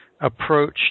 approach